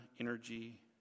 energy